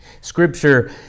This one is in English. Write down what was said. Scripture